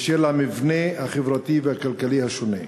בשל המבנה החברתי והכלכלי השונה,